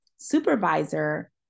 supervisor